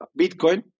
bitcoin